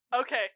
Okay